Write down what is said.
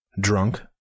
drunk